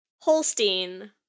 Holstein